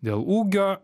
dėl ūgio